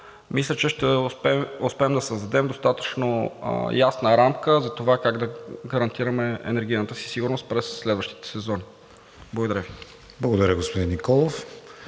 мисля, че ще успеем да създадем достатъчно ясна рамка за това как да гарантираме енергийната си сигурност през следващите сезони. Благодаря Ви.